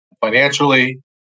financially